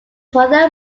mother